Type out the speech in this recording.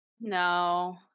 No